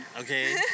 Okay